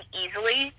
easily